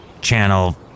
channel